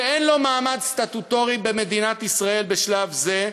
שאין לו מעמד סטטוטורי במדינת ישראל בשלב זה,